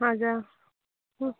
हजुर